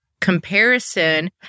comparison